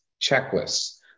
checklists